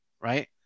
Right